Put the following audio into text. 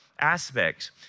aspects